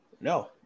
No